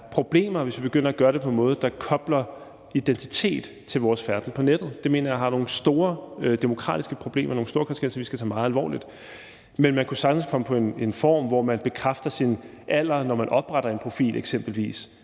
problemer, hvis vi begynder at gøre det på en måde, der kobler identitet til vores færden på nettet. Det mener jeg giver nogle store demokratiske problemer og kan få store konsekvenser, som vi skal tage meget alvorligt. Men man kunne sagtens komme på en form, hvor man bekræfter sin alder, når man eksempelvis